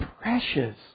precious